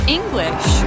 English